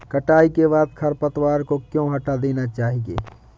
कटाई के बाद खरपतवार को क्यो हटा देना चाहिए?